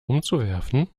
umzuwerfen